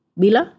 bila